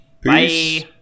Peace